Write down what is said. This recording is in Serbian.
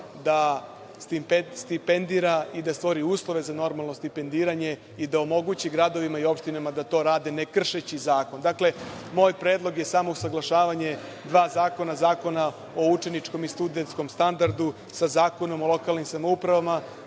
da stipendira i da stvori uslove za normalno stipendiranje i da omogući gradovima i opštinama da to rade ne kršeći zakon. Dakle, moj predlog je samo usaglašavanje dva zakona, Zakona o učeničkom i studentskom standardu sa Zakonom o lokalnim samoupravama.